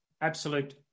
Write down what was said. absolute